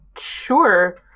sure